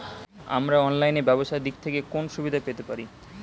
আমরা অনলাইনে ব্যবসার দিক থেকে কোন সুবিধা পেতে পারি?